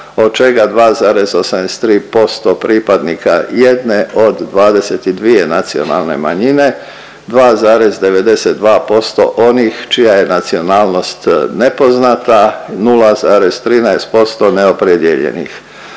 od čega 2,83% pripadnike jedne od 22 nacionalne manjine, 2,92% onih čija je nacionalnost nepoznata, 0,13% neopredijeljenih.